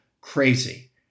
crazy